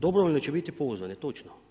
Dobrovoljno će biti pozvane, točno.